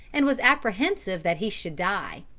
and was apprehensive that he should die.